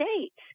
States